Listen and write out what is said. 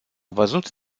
văzut